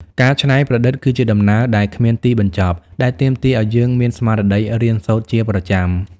ការច្នៃប្រឌិតគឺជាដំណើរដែលគ្មានទីបញ្ចប់ ដែលទាមទារឱ្យយើងមានស្មារតីរៀនសូត្រជាប្រចាំ។